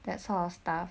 that sort of stuff